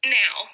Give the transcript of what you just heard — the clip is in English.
now